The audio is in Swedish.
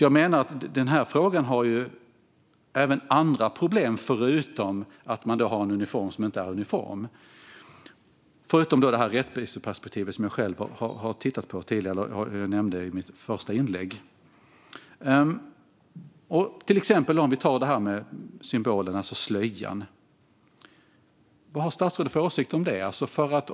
Jag menar alltså att frågan innehåller andra problem än bara att man har en uniform som inte är uniform, förutom det rättviseperspektiv som jag själv har tittat på tidigare och som jag nämnde i mitt första inlägg. Låt oss ta slöjan som exempel på detta med symbolerna. Vad har statsrådet för åsikt om den?